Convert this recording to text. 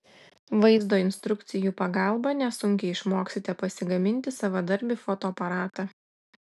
vaizdo instrukcijų pagalba nesunkiai išmoksite pasigaminti savadarbį fotoaparatą